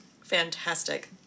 Fantastic